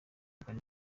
urban